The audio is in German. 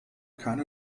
keine